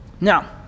Now